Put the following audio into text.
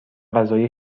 غذای